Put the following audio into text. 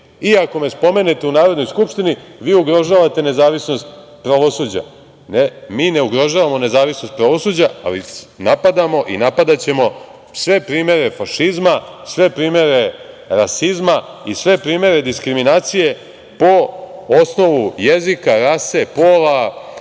ako me spomenete u Narodnoj skupštini vi ugrožavate nezavisnost pravosuđa. Ne. Mi ne ugrožavamo nezavisnost pravosuđa, ali napadamo i napadaćemo sve primere fašizma, sve primere rasizma i sve primere diskriminacije po osnovu jezika, rase, pola,